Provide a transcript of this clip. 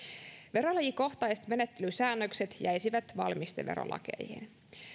verolajikohtaiset menettelysäännökset jäisivät valmisteverolakeihin